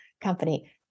company